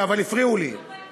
חברת